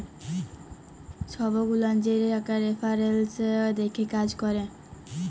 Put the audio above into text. ছব গুলান যে টাকার রেফারেলস দ্যাখে কাজ ক্যরে